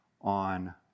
on